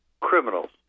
criminals